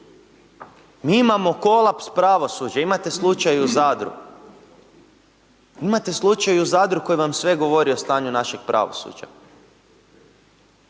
mi imamo kolaps pravosuđa imate slučaj u Zadru. Imate slučaj u Zadru koji vam sve govori o stanju našeg pravosuđa